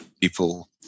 people